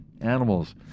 animals